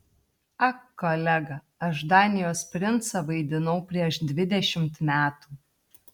ak kolega aš danijos princą vaidinau prieš dvidešimt metų